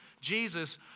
Jesus